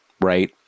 right